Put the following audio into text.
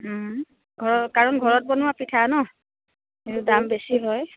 ঘৰৰ কাৰণ ঘৰত বনোৱা পিঠা ন সেইটোৰ দাম বেছি হয়